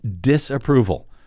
disapproval